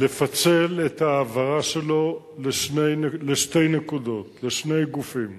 לפצל את ההעברה שלו לשתי נקודות, לשני גופים.